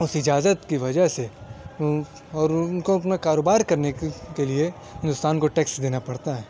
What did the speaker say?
اس اجازت کی وجہ سے اور ان کو اپنا کاروبار کرنے کے کے لیے ہندوستان کو ٹیکس دینا پڑتا ہے